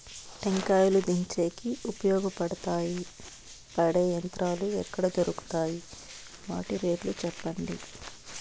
టెంకాయలు దించేకి ఉపయోగపడతాయి పడే యంత్రాలు ఎక్కడ దొరుకుతాయి? వాటి రేట్లు చెప్పండి?